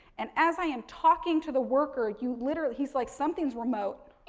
and, as i am talking to the workers, you literally, he's like something's remote.